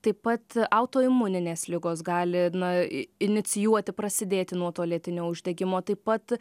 taip pat autoimuninės ligos gali na inicijuoti prasidėti nuo to lėtinio uždegimo taip pat